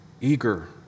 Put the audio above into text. eager